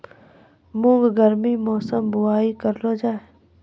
मूंग गर्मी मौसम बुवाई करलो जा?